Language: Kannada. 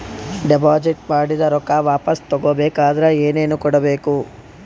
ಡೆಪಾಜಿಟ್ ಮಾಡಿದ ರೊಕ್ಕ ವಾಪಸ್ ತಗೊಬೇಕಾದ್ರ ಏನೇನು ಕೊಡಬೇಕು?